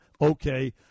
okay